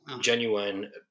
Genuine